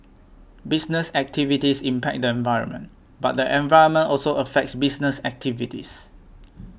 business activities impact the environment but the environment also affects business activities